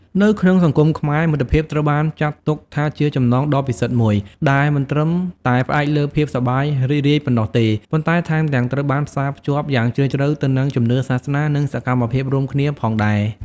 នៅក្នុងសង្គមខ្មែរ មិត្តភាពត្រូវបានចាត់ទុកថាជាចំណងដ៏ពិសិដ្ឋមួយ ដែលមិនត្រឹមតែផ្អែកលើភាពសប្បាយរីករាយប៉ុណ្ណោះទេ ប៉ុន្តែថែមទាំងត្រូវបានផ្សារភ្ជាប់យ៉ាងជ្រាលជ្រៅទៅនឹងជំនឿសាសនា និងសកម្មភាពរួមគ្នាផងដែរ។